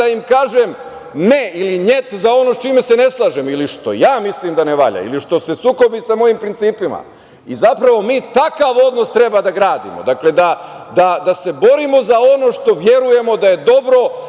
da im kažem – ne, ili – njet, za ono sa čime se ne slažem ili što ja mislim da ne valja, ili što se sukobi sa mojim principima. Zapravo, mi takav odnos treba da gradimo, dakle, da se borimo za ono što verujemo da je dobro.